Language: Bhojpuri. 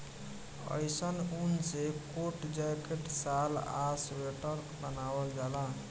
अइसन ऊन से कोट, जैकेट, शाल आ स्वेटर बनावल जाला